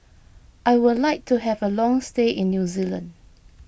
I would like to have a long stay in New Zealand